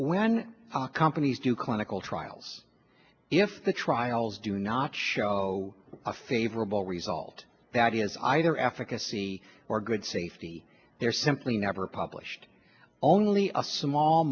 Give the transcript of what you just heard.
when companies do clinical trials if the trials do not show a favorable result that is either africa c or good safety they're simply never published only a small